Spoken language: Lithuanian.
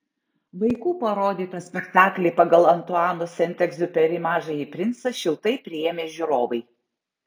vaikų parodytą spektaklį pagal antuano sent egziuperi mažąjį princą šiltai priėmė žiūrovai